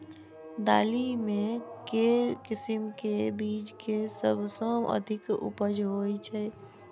दालि मे केँ किसिम केँ बीज केँ सबसँ अधिक उपज होए छै?